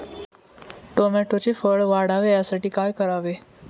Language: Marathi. टोमॅटोचे फळ वाढावे यासाठी काय करावे?